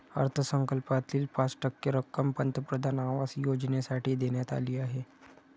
अर्थसंकल्पातील पाच टक्के रक्कम पंतप्रधान आवास योजनेसाठी देण्यात आली आहे